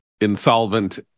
insolvent